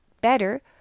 better